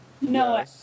No